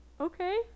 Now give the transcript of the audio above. Okay